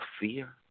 fear